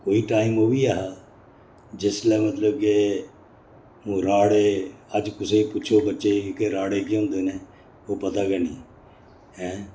कोई टाइम ओह् बी ऐ हा जिसलै मतलब के ओह् राह्ड़े अज्ज कुसै गी पुच्छो बच्चे गी के राह्ड़े के होंदे न ते ओह् पता गै नी ऐं